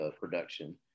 production